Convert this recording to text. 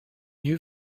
new